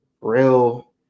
real